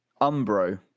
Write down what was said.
Umbro